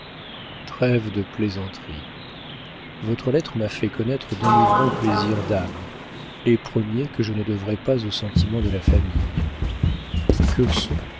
trêve de plaisanterie votre lettre m'a fait connaître d'enivrants plaisirs d'âme les premiers que je ne devrai pas aux sentiments de la famille que sont